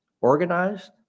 organized